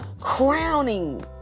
crowning